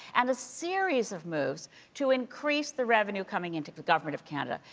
and a series of moves to increase the revenue coming into the government of canada.